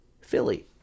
Philly